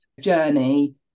journey